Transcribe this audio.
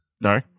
No